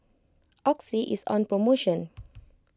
oxy is on promotion